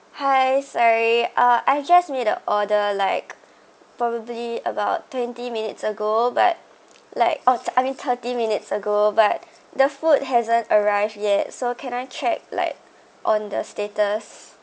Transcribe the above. hi sorry uh I just made the order like probably about twenty minutes ago but like oh I mean thirty minutes ago but the food hasn't arrived yet so can I check like on the status